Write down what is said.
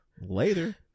later